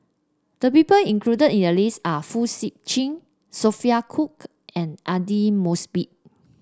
the people included in the list are Fong Sip Chee Sophia Cooke and Aidli Mosbit